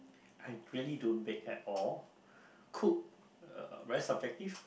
I really don't bake at all cook uh very subjective